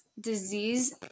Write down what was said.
disease